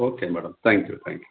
okay madam thank you thank you